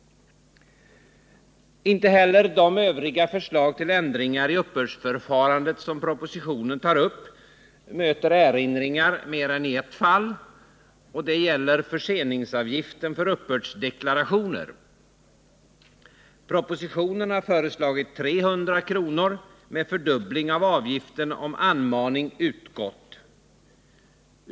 Inte heller de övriga förslag till ändringar i uppbördsförfarandet som propositionen tar upp möter erinringar i mer än ett fall, och det gäller förseningsavgiften för uppbördsdeklarationer. Propositionen har föreslagit 300 kr. med fördubbling av avgiften om anmaning utgått.